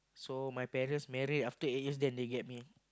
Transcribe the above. so my parents married after eight years then they get me